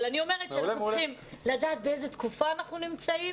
אבל אני אומרת שאנחנו צריכים לדעת באיזו תקופה אנחנו נמצאים.